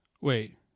Wait